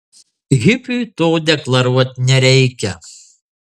hipiui to deklaruot nereikia